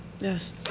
Yes